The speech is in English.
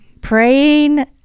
Praying